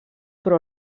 però